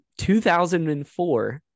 2004